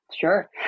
Sure